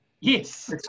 Yes